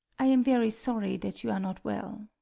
i am very sorry that you are not well.